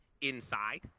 inside